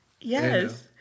Yes